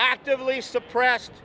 actively suppressed